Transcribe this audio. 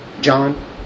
John